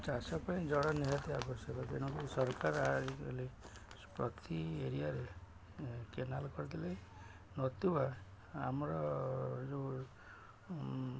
ଚାଷ ପାଇଁ ଜଳ ନିହାତି ଆବଶ୍ୟକ ତେଣୁକରି ସରକାର ଆଜିକାଲି ପ୍ରତି ଏରିଆରେ କେନାଲ କରିଦେଲେ ନତୁବା ଆମର ଯେଉଁ